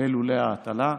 בלולי ההטלה.